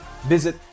visit